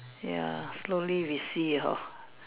ya slowly we see her